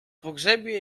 pogrzebie